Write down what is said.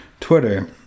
twitter